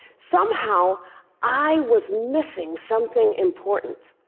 somehow i was missing something important.